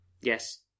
Yes